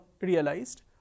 realized